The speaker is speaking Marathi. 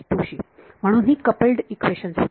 म्हणून ही कपल्ड इक्वेशन्स होतात